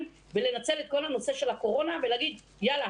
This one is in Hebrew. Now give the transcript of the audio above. ולנצל את כל הנושא של הקורונה ולהגיד: יאללה,